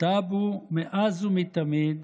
טאבו מאז ומתמיד